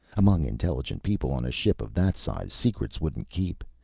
among intelligent people on a ship of that size, secrets wouldn't keep.